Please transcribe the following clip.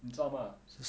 你知道 mah